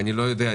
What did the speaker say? אני לא יודע,